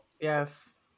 Yes